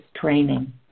training